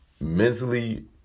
Mentally